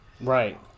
Right